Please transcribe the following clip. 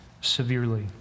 severely